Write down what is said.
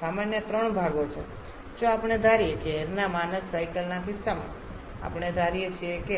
સામાન્ય ત્રણ ભાગો છે જો આપણે ધારીએ કે એઈરના માનક સાયકલના કિસ્સામાં આપણે ધારીએ છીએ કે